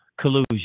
Collusion